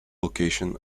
location